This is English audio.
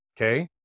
okay